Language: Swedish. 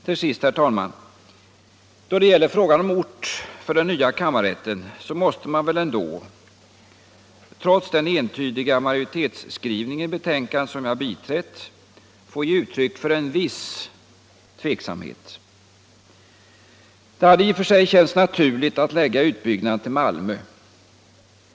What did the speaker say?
Då det sedan gäller frågan om ort för den nya kammarrätten måste man väl ändå — trots den entydiga majoritetsskrivningen i betänkandet, som jag biträtt — få ge uttryck för en viss tveksamhet. Det hade i och för sig känts naturligt att lägga utbyggnaden till Malmö.